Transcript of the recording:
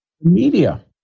media